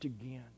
again